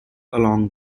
along